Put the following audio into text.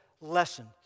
lesson